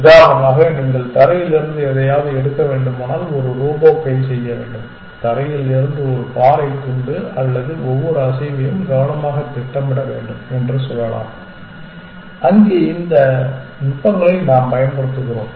உதாரணமாக நீங்கள் தரையில் இருந்து எதையாவது எடுக்க வேண்டுமானால் ஒரு ரோபோ கை செய்ய வேண்டும் தரையில் இருந்து ஒரு பாறை துண்டு அல்லது ஒவ்வொரு அசைவையும் கவனமாக திட்டமிட வேண்டும் என்று சொல்லலாம் அங்கே இந்த நுட்பங்களை நாம் பயன்படுத்துகிறோம்